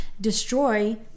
destroy